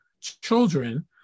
children